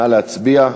נא להצביע.